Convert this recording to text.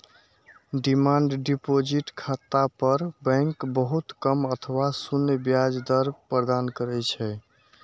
demand deposit खाता पर bank बहुत कम अथवा शून्य ब्याज दर प्रदान करै छै